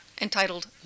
entitled